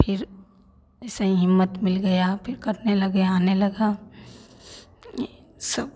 फिर ऐसी ही हिम्मत मिल गया फिर करने लगे आने लगा ये सब